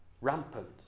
Rampant